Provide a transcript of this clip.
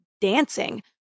dancing